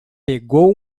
pegou